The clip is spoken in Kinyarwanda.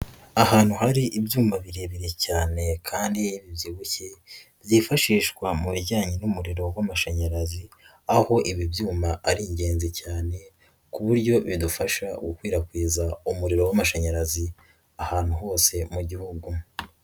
Ahantu hari ibyuma birebire cyane kandi bibyibushye byifashishwa mu bijyanye n'umuriro w'amashanyarazi, aho ibi byuma ari ingenzi cyane ku buryo bidufasha gukwirakwiza umuriro w'amashanyarazi, ahantu hose mu gihugu.